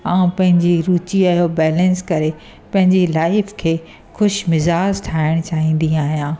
ऐं पंहिंजी रुची जो बैलेंस करे पंहिंजी लाइफ खे ख़ुशि मिज़ाज ठाहिणु चाहींदी आहियां